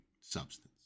substance